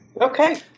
Okay